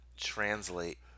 Translate